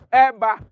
eba